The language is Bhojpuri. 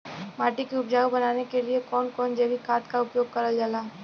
माटी के उपजाऊ बनाने के लिए कौन कौन जैविक खाद का प्रयोग करल जाला?